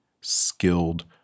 skilled